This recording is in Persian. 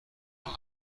اینو